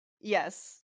yes